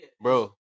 Bro